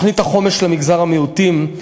בתוכנית החומש למגזר המיעוטים,